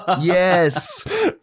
yes